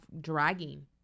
dragging